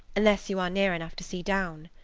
unless you are near enough to see down.